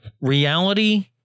reality